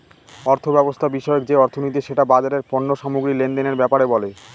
অর্থব্যবস্থা বিষয়ক যে অর্থনীতি সেটা বাজারের পণ্য সামগ্রী লেনদেনের ব্যাপারে বলে